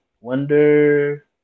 wonder